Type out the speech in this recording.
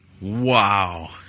Wow